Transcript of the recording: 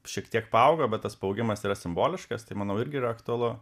šiek tiek paaugo bet tas paaugimas yra simboliškas tai manau irgi yra aktualu